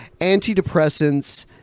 antidepressants